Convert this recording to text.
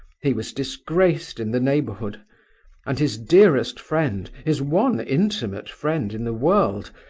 he was disgraced in the neighborhood and his dearest friend, his one intimate friend in the world,